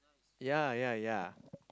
ya ya ya